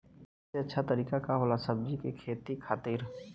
सबसे अच्छा तरीका का होला सब्जी के खेती खातिर?